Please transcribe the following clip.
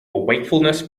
wakefulness